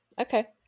Okay